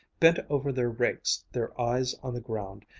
bent over their rakes, their eyes on the ground,